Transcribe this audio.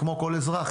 כמו כל אזרח,